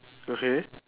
okay